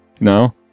No